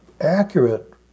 accurate